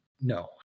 No